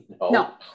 No